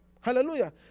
Hallelujah